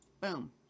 boom